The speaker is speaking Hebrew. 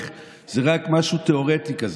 היא התכוונה בערך, זה רק משהו תיאורטי כזה,